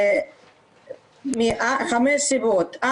מארבע סיבות.